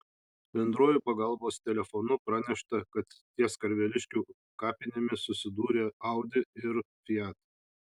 bendruoju pagalbos telefonu pranešta kad ties karveliškių kapinėmis susidūrė audi ir fiat